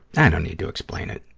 i don't need to explain it.